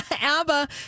ABBA